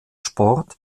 sport